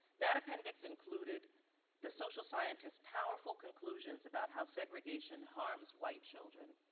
that appendix included the social scientists' powerful conclusions about how segregation harms white children.